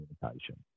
communication